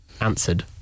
Answered